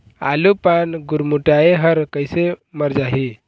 आलू पान गुरमुटाए हर कइसे मर जाही?